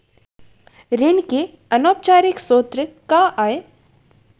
ऋण के अनौपचारिक स्रोत का आय?